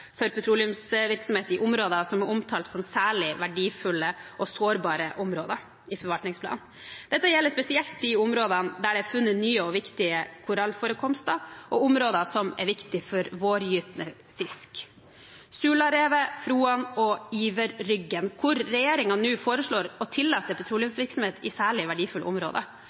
for petroleumsvirksomhet i områder som er omtalt som særlig verdifulle og sårbare områder i forvaltningsplanen. Dette gjelder spesielt de områdene der det er funnet nye og viktige korallforekomster, og områder som er viktige for vårgytende fisk – Sularevet, Froan og Iverryggen – hvor regjeringen nå foreslår å tillate petroleumsvirksomhet i særlig